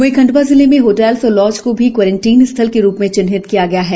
वहीं खंडवा जिले में होटल्स और लॉज को भी कोरेन्टाइन स्थल के रूप में चिन्हित किया गया है